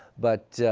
but